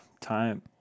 Time